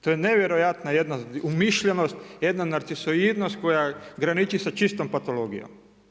To je nevjerojatna jedna umišljenost, jedna narcisoidnost koja graniči sa čistom patologijom.